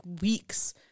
weeks